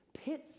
pits